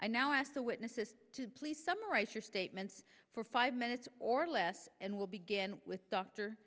i now ask the witnesses to please summarize your statements for five minutes or less and we'll begin with doctor